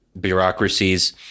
bureaucracies